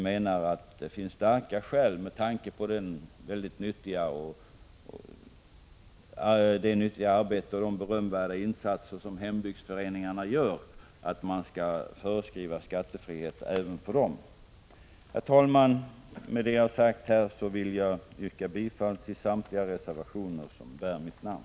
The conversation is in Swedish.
Med tanke på det nyttiga arbete och de berömvärda insatser som hembygdsföreningarna gör, tycker vi att starka skäl talar för skattefrihet även för dessa. 125 Herr talman! Med det jag har sagt här vill jag yrka bifall till samtliga reservationer som bär mitt namn.